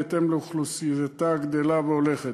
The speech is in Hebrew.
בהתאם לאוכלוסייתה הגדלה והולכת.